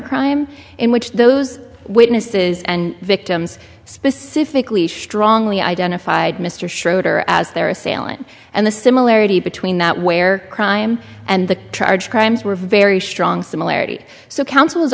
crime in which those witnesses and victims specifically strongly identified mr schroeder as their assailant and the similarity between that where crime and the charge crimes were very strong similarity so council was